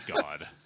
god